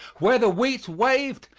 where the wheat waved,